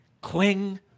Cling